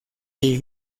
the